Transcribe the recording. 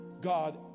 God